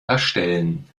erstellen